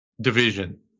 division